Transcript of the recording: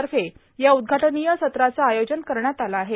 तर्फे या उदघाटनीय सद्राचं आयोजन करण्यात आलं आहे